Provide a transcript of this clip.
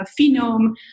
phenome